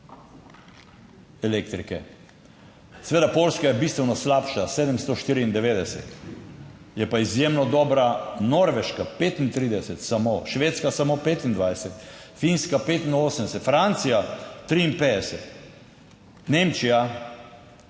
Seveda, Poljska je bistveno slabša 794, je pa izjemno dobra Norveška 35 samo, Švedska samo 25, Finska 85, Francija 53, Nemčija,